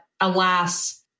alas